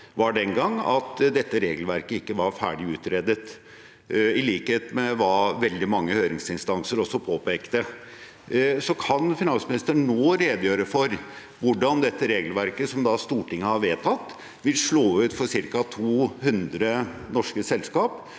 var den gang at dette regelverket ikke var ferdig utredet, i likhet med hva veldig mange høringsinstanser påpekte. Kan finansministeren nå redegjøre for hvordan dette regelverket som Stortinget har vedtatt, vil slå ut for ca. 200 norske selskaper